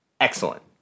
excellent